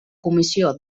comissió